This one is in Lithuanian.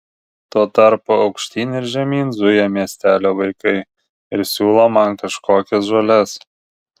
tuo tarpu aukštyn ir žemyn zuja miestelio vaikai ir siūlo man kažkokias žoles